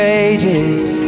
ages